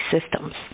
systems